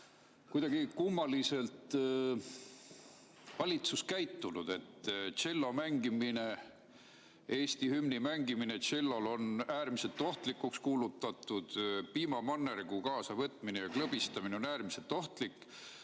kuidagi kummaliselt käitunud. Tšello mängimine, Eesti hümni mängimine tšellol on äärmiselt ohtlikuks kuulutatud, piimamannergu kaasavõtmine ja klõbistamine on äärmiselt ohtlik.